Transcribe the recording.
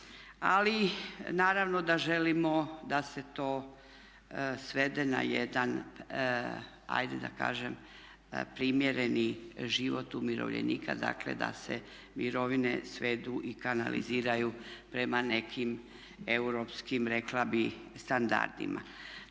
ali naravno da želimo da se to svede na jedan ajde da kažem primjereni život umirovljenika, dakle da se mirovine svedu i kanaliziraju prema nekim europskim rekla bih standardima.